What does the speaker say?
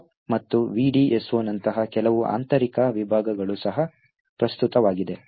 stock ಮತ್ತು VDSO ನಂತಹ ಕೆಲವು ಆಂತರಿಕ ವಿಭಾಗಗಳು ಸಹ ಪ್ರಸ್ತುತವಾಗಿದೆ